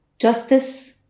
justice